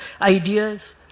ideas